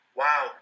wow